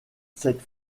cette